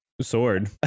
sword